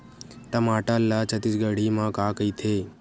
टमाटर ला छत्तीसगढ़ी मा का कइथे?